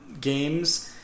games